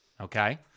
Okay